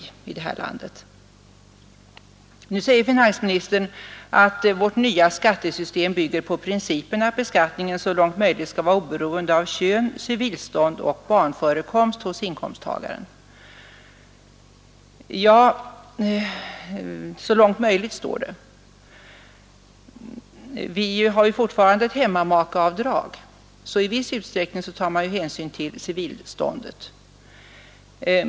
Finansministern säger i svaret att vårt nya skattesystem ”bygger på principen att beskattningen så långt möjligt skall vara oberoende av kön, civilstånd och barnförekomst hos inkomsttagaren”. Ja, ”så långt möjligt” står det alltså. Vi har ju fortfarande ett hemmamakeavdrag, så i viss utsträckning tar man hänsyn till civilståndet.